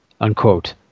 Unquote